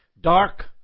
Dark